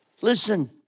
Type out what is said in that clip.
Listen